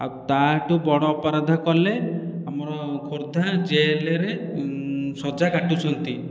ଆଉ ତା'ଠୁ ବଡ଼ ଅପରାଧ କଲେ ଆମର ଖୋର୍ଦ୍ଧା ଜେଲରେ ସଜା କାଟୁଛନ୍ତି